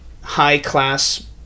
high-class